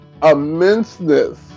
immenseness